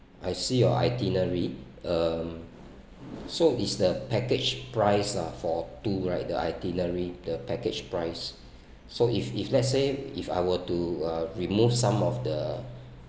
I see your itinerary um so this the package price lah for two right the itinerary the package price so if if let's say if I were to uh remove some of the